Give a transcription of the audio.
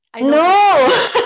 No